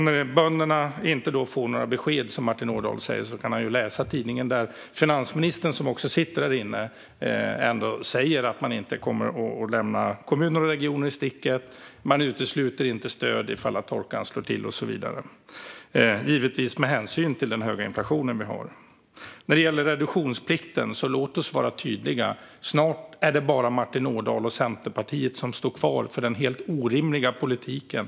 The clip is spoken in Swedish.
När bönderna inte får några besked, som Martin Ådahl säger, kan han läsa i tidningen hur finansministern, som också sitter här i kammaren, ändå säger att man inte kommer att lämna kommuner och regioner i sticket, att man inte utesluter stöd ifall torkan slår till och så vidare - givetvis med hänsyn till den höga inflationen. Låt oss vara tydliga när det gäller reduktionsplikten: Snart är det bara Martin Ådahl och Centerpartiet som står för den helt orimliga politiken.